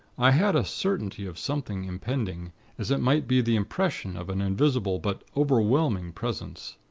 i had a certainty of something impending as it might be the impression of an invisible, but overwhelming, presence.